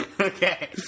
Okay